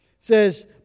says